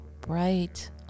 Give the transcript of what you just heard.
bright